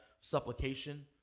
supplication